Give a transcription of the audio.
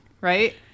right